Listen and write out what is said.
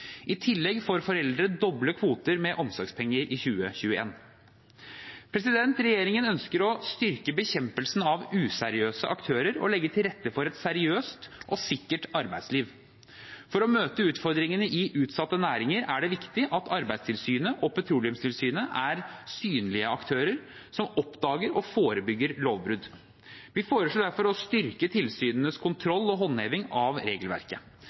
I tillegg får foreldre doble kvoter med omsorgspenger i 2021. Regjeringen ønsker å styrke bekjempelsen av useriøse aktører og legge til rette for et seriøst og sikkert arbeidsliv. For å møte utfordringene i utsatte næringer er det viktig at Arbeidstilsynet og Petroleumstilsynet er synlige aktører som oppdager og forebygger lovbrudd. Vi foreslår derfor å styrke tilsynenes kontroll og håndheving av regelverket.